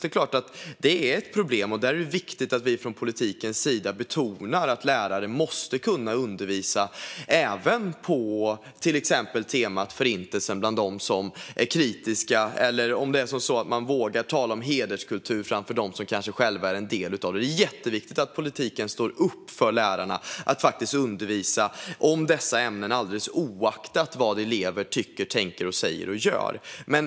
Det är klart att det är ett problem, och där är det viktigt att vi från politikens sida betonar att lärare måste kunna undervisa även på teman som Förintelsen bland dem som är kritiska och våga tala om hederskultur framför dem som kanske själva är en del av den. Det är jätteviktigt att politiken står upp för lärarna så att de kan undervisa om dessa ämnen alldeles oavsett vad elever tycker, tänker, säger och gör.